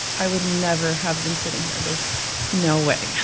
i would never have been sitting here. there's no way,